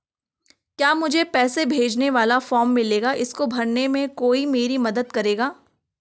क्या मुझे पैसे भेजने वाला फॉर्म मिलेगा इसको भरने में कोई मेरी मदद करेगा?